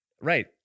Right